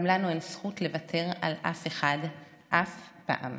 גם לנו אין זכות לוותר על אף אחד אף פעם.